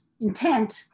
intent